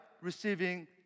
receiving